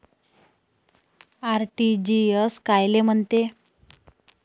RTGS कायले म्हनते?